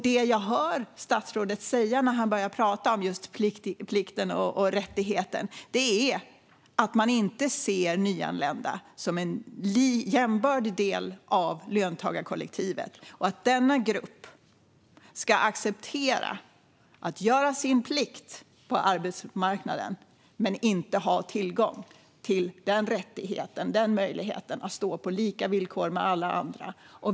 Det jag hör statsrådet säga när han börjar prata om plikt och rättigheter är att man inte ser nyanlända som en jämbördig del av löntagarkollektivet och att den gruppen ska acceptera att göra sin plikt på arbetsmarknaden men inte ha tillgång till rättigheten och möjligheten att ha lika villkor som alla andra.